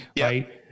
right